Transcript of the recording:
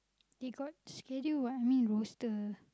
they got schedule what I mean roster